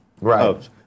Right